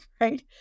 right